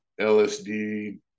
lsd